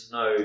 no